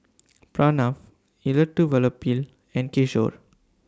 Pranav Elattuvalapil and Kishore